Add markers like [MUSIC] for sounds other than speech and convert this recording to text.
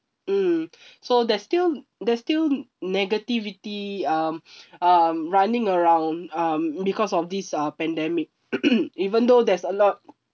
mm [BREATH] so there's still there's still negativity um [BREATH] um running around um because of these uh pandemic [NOISE] even though there's a lot